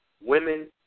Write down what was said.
Women